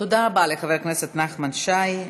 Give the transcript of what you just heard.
תודה רבה לחבר הכנסת נחמן שי.